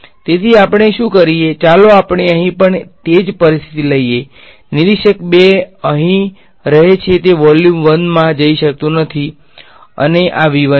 તેથી આપણે શું કરીએ ચાલો આપણે અહીં પણ તે જ પરિસ્થિતિ લઈએ નિરીક્ષક 2 અહીં રહે છે તે વોલ્યુમ 1 માં જઈ શકતો નથી અને આ છે